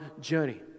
journey